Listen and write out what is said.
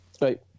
Right